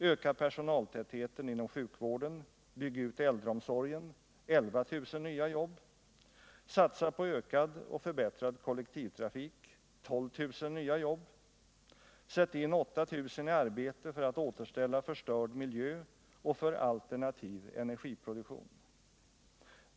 Öka personaltätheten inom sjukvården, bygg ut äldreomsorgen — 11 000 nya jobb. Satsa på ökad och förbättrad kollektivtrafik — 12 000 nya jobb. Sätt in 8 000 i arbete för att återställa förstörd miljö och för alternativ energiproduktion.